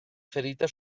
ferita